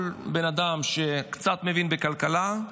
כל בן אדם שקצת מבין בכלכלה,